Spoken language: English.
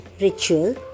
ritual